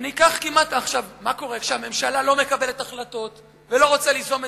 מה קורה כשהממשלה לא מקבלת החלטות ולא רוצה ליזום מדיניות,